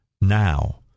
now